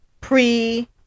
pre